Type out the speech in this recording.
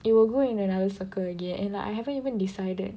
it will go in another circle again and like I haven't even decided